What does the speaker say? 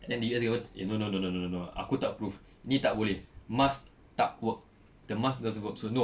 and they no no no no no aku tak approve ni tak boleh masks tak work the masks doesn't work so no